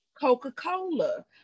Coca-Cola